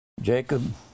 Jacob